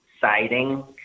siding